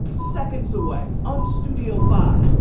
seconds away on studio five.